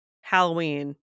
halloween